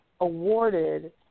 awarded